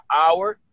hour